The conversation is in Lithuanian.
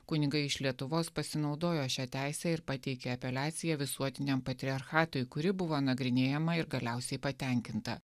kunigai iš lietuvos pasinaudojo šia teise ir pateikė apeliaciją visuotiniam patriarchatui kuri buvo nagrinėjama ir galiausiai patenkinta